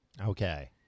Okay